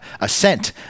ascent